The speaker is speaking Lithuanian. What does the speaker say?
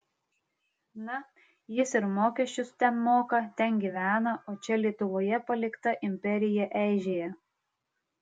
na jis ir mokesčius ten moka ten gyvena o čia lietuvoje palikta imperija eižėja